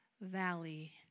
valley